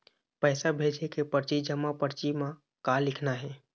पैसा भेजे के परची जमा परची म का लिखना हे?